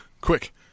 quick